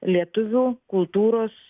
lietuvių kultūros